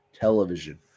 television